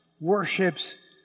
worships